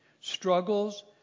struggles